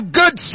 good